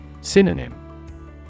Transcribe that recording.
Synonym